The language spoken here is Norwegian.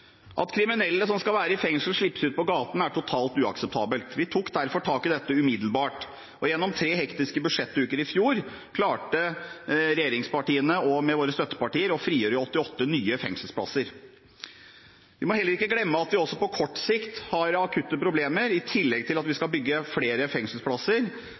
At kriminelle som skal være i fengsel, slippes ut på gaten, er totalt uakseptabelt. Vi tok derfor tak i dette umiddelbart, og gjennom tre hektiske budsjettuker i fjor klarte regjeringspartiene, med våre støttepartier, å frigjøre 88 nye fengselsplasser. Vi må heller ikke glemme at vi også på kort sikt har akutte problemer i tillegg til at vi skal bygge flere fengselsplasser.